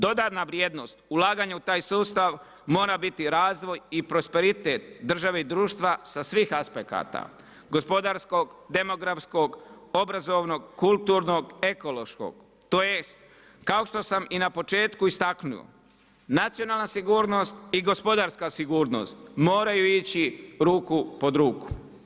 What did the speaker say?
Dodana vrijednost ulaganja u taj sustav mora biti razvoj i prosperitet države i društva sa svih aspekata, gospodarskog demografskog, obrazovnog, kulturnog, ekološkog, tj. kao što sam i na početku istaknuo, nacionalna sigurnost i gospodarska sigurnost moraju ići ruku pod ruku.